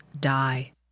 die